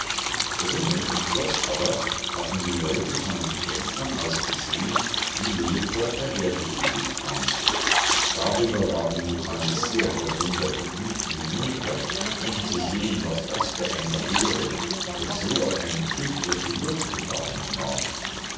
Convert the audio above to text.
drinnen im schloß aber hatten die leute von den fenstern aus gesehen wie lillekort dahergesegelt kam darüber waren nun alle sehr verwundert und liefen hinunter um zu sehen was das für einer wäre der so auf einem schiff durch die luft gefahren kam